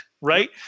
right